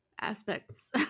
aspects